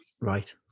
Right